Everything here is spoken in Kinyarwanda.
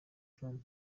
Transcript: trump